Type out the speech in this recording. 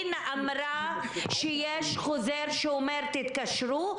היא אמרה שיש חוזר שאומר תתקשרו,